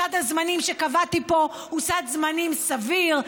סד הזמנים שקבעתי פה הוא סד זמנים סביר.